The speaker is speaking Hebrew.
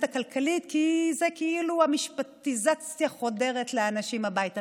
הכלכלית זה כאילו המשפטיזציה חודרת לאנשים הביתה,